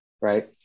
right